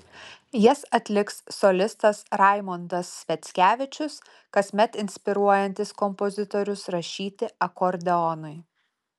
jas atliks solistas raimondas sviackevičius kasmet inspiruojantis kompozitorius rašyti akordeonui